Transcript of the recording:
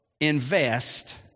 invest